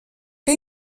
que